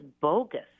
bogus